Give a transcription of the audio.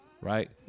Right